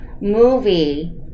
movie